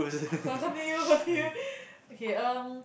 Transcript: co~ continue continue okay um